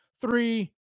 three